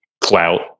clout